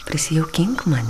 prisijaukink mane